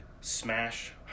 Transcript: smash